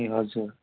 ए हजुर